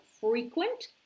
frequent